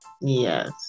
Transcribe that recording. Yes